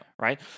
Right